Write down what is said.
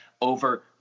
over